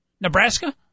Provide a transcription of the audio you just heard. Nebraska